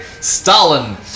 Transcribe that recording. Stalin